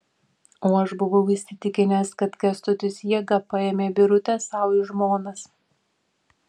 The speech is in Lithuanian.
o aš buvau įsitikinęs kad kęstutis jėga paėmė birutę sau į žmonas